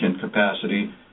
capacity